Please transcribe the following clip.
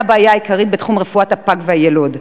הבעיה העיקרית בתחום רפואת הפג והיילוד.